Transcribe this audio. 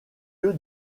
lieu